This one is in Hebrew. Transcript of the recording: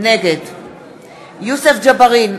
נגד יוסף ג'בארין,